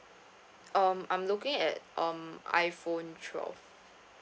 um I'm looking at um iphone twelve